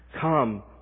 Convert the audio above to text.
Come